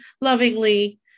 lovingly